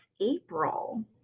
April